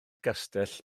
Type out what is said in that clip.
gastell